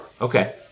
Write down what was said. okay